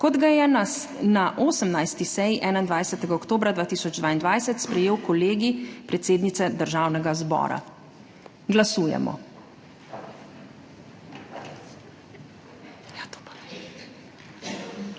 kot ga je na 18. seji 21. oktobra 2022 sprejel Kolegij predsednice Državnega zbora. Glasujemo.